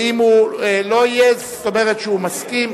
ואם הוא לא יהיה, זאת אומרת שהוא מסכים.